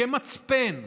כמצפן,